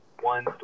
One